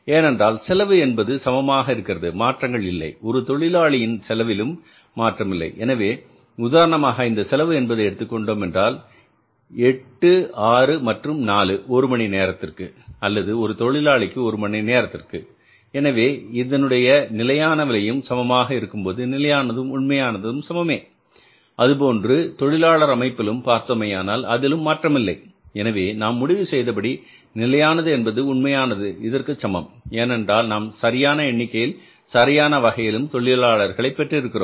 ஏனென்றால் செலவு என்பது சமமாக இருக்கிறது மாற்றங்கள் இல்லை ஒரு தொழிலாளியின் செலவிலும் மாற்றமில்லை எனவே உதாரணமாக இந்த செலவு என்பது எடுத்துக்கொண்டோம் என்றால் 8 ஆறு மற்றும் நாலு ஒரு மணி நேரத்திற்கு அல்லது ஒரு தொழிலாளிக்கு ஒரு மணி நேரத்திற்கு எனவே இதனுடைய நிலையான விலையும் சமமாக இருக்கும்போது நிலையானதும் உண்மையானதும் சமமே அதேபோன்று தொழிலாளர் அமைப்பிலும் பார்த்தோமேயானால் அதிலும் மாற்றமில்லை எனவே நாம் முடிவு செய்தபடி நிலையானது என்பது உண்மையானது இதற்கு சமம் ஏனென்றால் நாம் சரியான எண்ணிக்கையில் சரியான வகையிலும் தொழிலாளர்களை பெற்றிருக்கிறோம்